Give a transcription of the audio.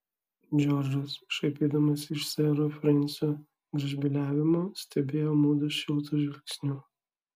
džordžas šaipydamasis iš sero frensio gražbyliavimo stebėjo mudu šiltu žvilgsniu